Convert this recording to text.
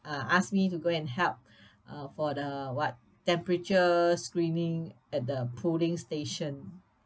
uh asked me to go and help uh for the what temperature screening at the polling station